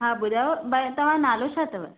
हा ॿुधायो पर तव्हां जो नालो छा अथव